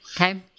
okay